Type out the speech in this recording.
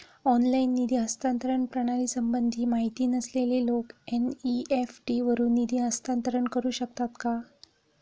Online निधी हस्तांतरण प्रणालीसंबंधी माहिती नसलेले लोक एन.इ.एफ.टी वरून निधी हस्तांतरण करू शकतात का?